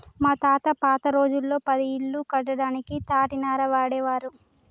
మా తాత పాత రోజుల్లో పది ఇల్లు కట్టడానికి తాటినార వాడేవారు